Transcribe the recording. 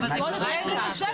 זה לא מה שקורה בשטח.